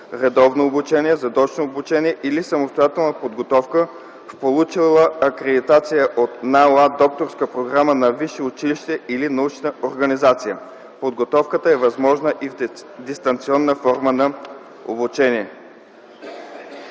редовно обучение, задочно обучение или самостоятелна подготовка в получила акредитация от НАОА докторска програма на висше училище или научна организация. Подготовката е възможна и в дистанционна форма на обучение.”